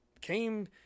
came